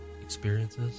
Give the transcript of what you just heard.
experiences